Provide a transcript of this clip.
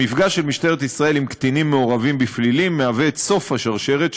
המפגש של משטרת ישראל עם קטינים מעורבים בפלילים הוא סוף השרשרת,